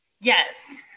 Yes